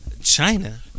China